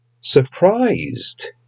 Surprised